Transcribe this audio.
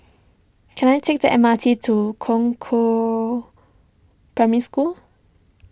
can I take the M R T to Concord Primary School